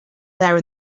there